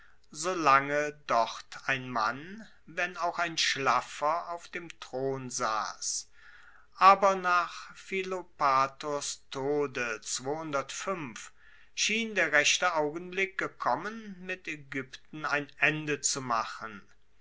solange dort ein mann wenn auch ein schlaffer auf dem thron sass aber nach philopators tode schien der rechte augenblick gekommen mit aegypten ein ende zu machen